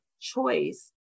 choice